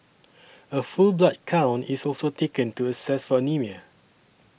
a full blood count is also taken to assess for anaemia